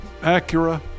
Acura